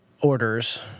orders